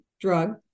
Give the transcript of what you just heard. drug